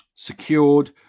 secured